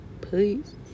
Please